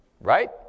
right